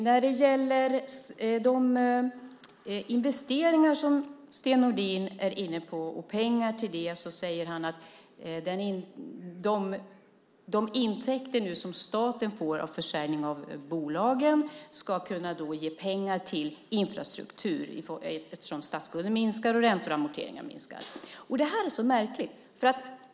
När det gäller pengar till de investeringar som Sten Nordin har varit inne på säger han att de intäkter som staten får av försäljning av bolagen ska ge pengar till infrastruktur eftersom statsbudgeten minskar och räntor och amorteringar minskar. Det här är så märkligt.